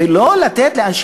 דרך